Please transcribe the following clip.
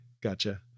gotcha